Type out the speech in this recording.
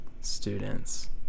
students